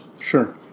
Sure